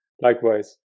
Likewise